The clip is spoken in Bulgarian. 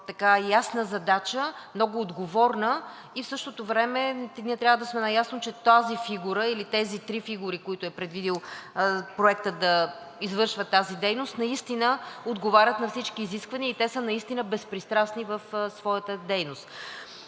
много ясна задача, много отговорна и в същото време ние трябва да сме наясно, че тази фигура или тези три фигури, които е предвидил Проектът да извършват тази дейност, наистина отговарят на всички изисквания и те са безпристрастни в своята дейност.